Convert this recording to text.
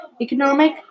Economic